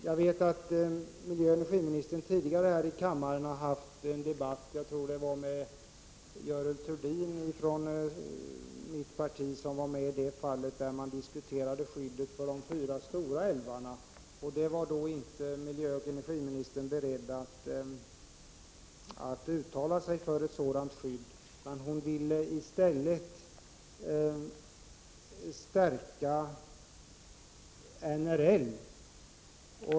Jag vet att miljöoch energiministern tidigare här i kammaren har haft en debattjag tror det var med Görel Thurdin från mitt parti — där man diskuterade skyddet för de fyra stora älvarna. Då var miljöoch energiministern inte beredd att uttala sig för ett sådant skydd, utan ville i stället stärka NRL.